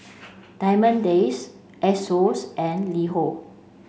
Diamond Days Asos and LiHo